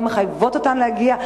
לא מחייבים אותן להגיע,